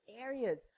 areas